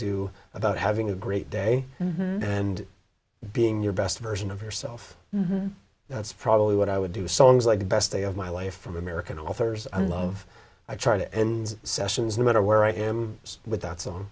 do about having a great day and being your best version of yourself that's probably what i would do songs like the best day of my life from american authors and love i try to and sessions no matter where i am with that so